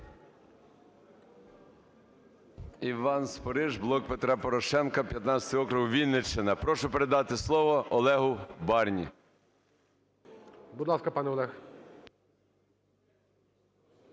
Іван Спориш, "Блок Петра Порошенка", 15 округ, Вінниччина. Прошу передати слово Олегу Барні. ГОЛОВУЮЧИЙ. Будь ласка, пане Олег.